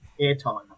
airtime